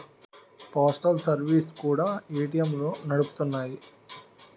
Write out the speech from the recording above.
postal services కూడా ఏటీఎంలను నడుపుతున్నాయి